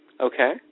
Okay